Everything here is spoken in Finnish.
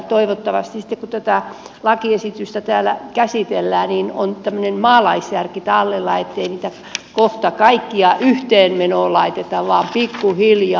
toivottavasti sitten kun tätä lakiesitystä täällä käsitellään on tämmöinen maalaisjärki tallella ettei niitä kohta kaikkia yhteen menoon laiteta vaan pikkuhiljaa